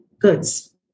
goods